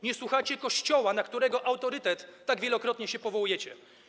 Nie słuchacie Kościoła, na którego autorytet wielokrotnie się powołujecie.